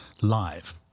live